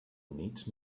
units